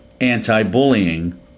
Anti-Bullying